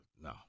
no